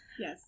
Yes